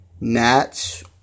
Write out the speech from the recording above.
Nats